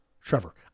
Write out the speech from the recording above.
Trevor